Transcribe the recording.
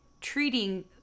treating